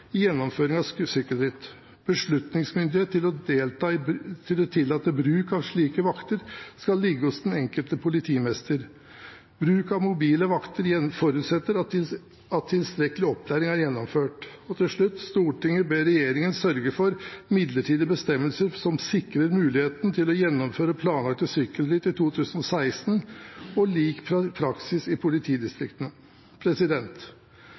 Beslutningsmyndighet til å tillate bruk av slike vakter skal ligge hos den enkelte politimester. Bruk av mobile vakter forutsetter at tilstrekkelig opplæring er gjennomført. III Stortinget ber regjeringen sørge for midlertidige bestemmelser som sikrer muligheten til å gjennomføre planlagte sykkelritt i 2016 og lik praksis i